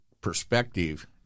perspective